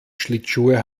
schlittschuhe